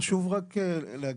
חשוב רק להגיד,